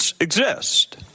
exist